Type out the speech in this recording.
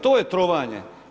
To je trovanje.